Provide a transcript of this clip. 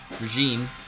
regime